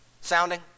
sounding